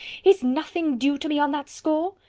is nothing due to me on that score?